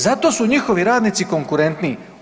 Zato su njihovi radnici konkurentniji.